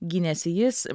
gynėsi jis